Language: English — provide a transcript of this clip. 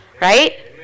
Right